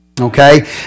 Okay